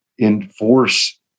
enforce